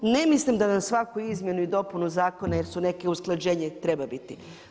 Ne mislim da na svaku izmjenu i dopunu zakona, jer su neke usklađenje i treba biti.